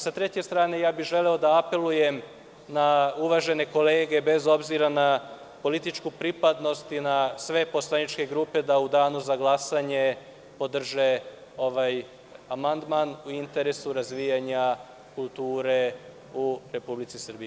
S treće strane, želeo bih da apelujem na uvažene kolege, bez obzira na političku pripadnost i na sve poslaničke grupe da u danu za glasanje podrže ovaj amandman u interesu razvijanja kulture u Republici Srbiji.